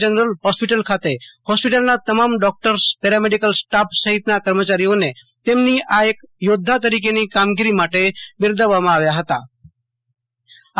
general hospital ખાતે જ્ઞેસ્પિટલનાં તમામ ડોકટર્સ પેરામેડિકલ સ્ટાફ સફિતનાં કર્મચારીઓને તેમની આ એક યોધ્ધા તરીકેની કામગીરી માટે બિરદાવવામાં આવ્યા હ્તા